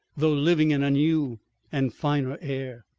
though living in a new and finer air.